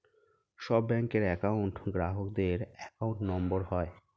সব ব্যাঙ্কের একউন্ট গ্রাহকদের অ্যাকাউন্ট নম্বর হয়